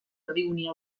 erdigunea